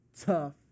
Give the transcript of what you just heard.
tough